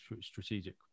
strategic